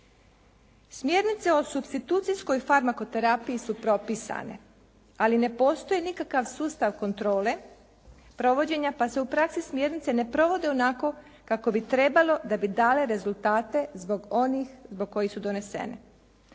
Smjernice o substitucijskoj farmakoterapiji su propisane, ali ne postoji nikakav sustav kontrole provođenja pa se u praksi smjernice ne provode onako kako bi trebalo da bi dale rezultate zbog onih zbog kojih su donesene.